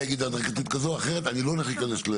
אני תמיד קופץ.